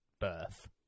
birth